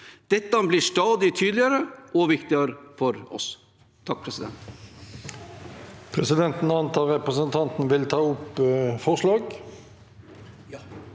Dette blir stadig tydeligere og viktigere for oss.